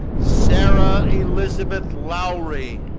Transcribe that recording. sara elizabeth lowry.